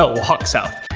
ah walk south.